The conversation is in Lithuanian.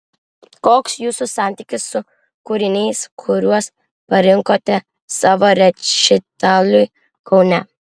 koks jūsų santykis su kūriniais kuriuos parinkote savo rečitaliui kaune